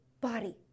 body